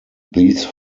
these